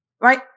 right